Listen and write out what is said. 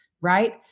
right